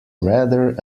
rather